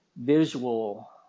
visual